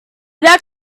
that